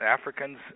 Africans